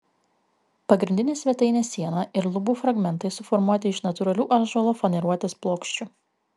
pagrindinė svetainės siena ir lubų fragmentai suformuoti iš natūralių ąžuolo faneruotės plokščių